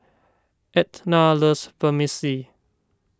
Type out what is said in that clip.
Etna loves Vermicelli